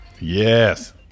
Yes